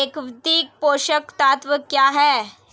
एकीकृत पोषक तत्व क्या है?